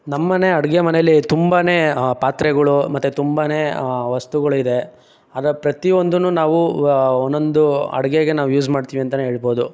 ನಮ್ಮನೆ ಅಡುಗೆ ಮನೆಲಿ ತುಂಬನೇ ಪಾತ್ರೆಗಳು ಮತ್ತೆ ತುಂಬನೇ ವಸ್ತುಗಳು ಇದೆ ಅದರ ಪ್ರತಿಯೊಂದೂ ನಾವು ಒಂದೊಂದು ಅಡುಗೆಗೆ ನಾವು ಯೂಸ್ ಮಾಡ್ತೀವಿ ಅಂತಲೇ ಹೇಳ್ಬೋದು